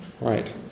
Right